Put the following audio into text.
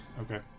Okay